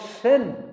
sin